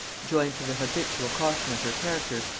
joined to the habitual caution of her character,